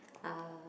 uh